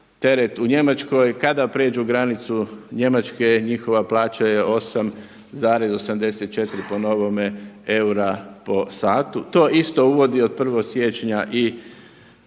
u Njemačkoj kada prijeđu granicu Njemačke, njihova plaća je 8,84 po novome eura po satu. To isto uvodi od 1. siječnja i